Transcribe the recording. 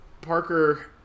Parker